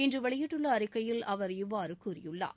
இன்று வெளியிட்டுள்ள அறிக்கையில் அவர் இவ்வாறு கூறியுள்ளார்